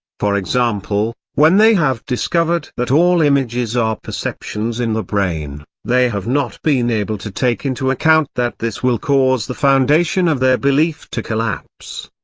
for example, when they have discovered that all images are perceptions in the brain, they have not been able to take into account that this will cause the foundation of their belief to collapse.